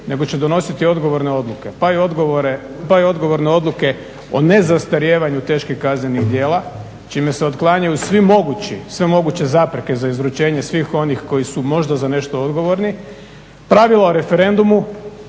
nego će donositi odgovorne odluke pa i odgovorne odluke o nezastarijevanju teških kaznenih dijela čime se otklanjaju svi mogući, sve moguće zapreke za izručenje svih onih koji su možda za nešto odgovorni. Pravila o referendumu,